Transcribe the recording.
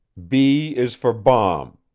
b is for bomb,